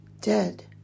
dead